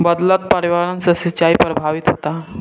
बदलत पर्यावरण से सिंचाई प्रभावित होता